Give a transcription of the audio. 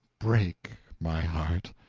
break my heart!